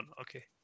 okay